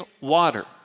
water